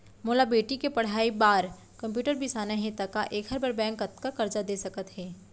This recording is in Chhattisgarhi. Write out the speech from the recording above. मोला बेटी के पढ़ई बार कम्प्यूटर बिसाना हे त का एखर बर बैंक कतका करजा दे सकत हे?